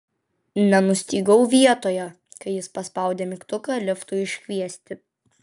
nenustygau vietoje kai jis paspaudė mygtuką liftui iškviesti